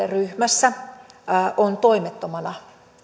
ryhmässä on toimettomana